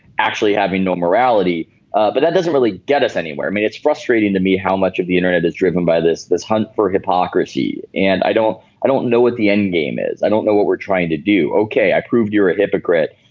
actually having no morality but that doesn't really get us anywhere i mean it's frustrating to me how much of the internet is driven by this. this hunt for hypocrisy. and i don't i don't know what the end game is. i don't know what we're trying to do. ok i proved you're a hypocrite.